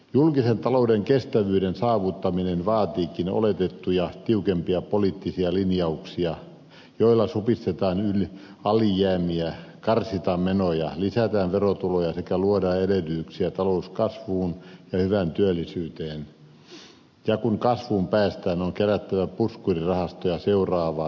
julkisen talouden kestävyyden saavuttaminen vaatiikin oletettua tiukempia poliittisia linjauksia joilla supistetaan alijäämiä karsitaan menoja lisätään verotuloja sekä luodaan edellytyksiä talouskasvuun ja hyvään työllisyyteen ja kun kasvuun päästään on kerättävä puskurirahastoja seuraavaa taantumaa varten